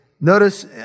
Notice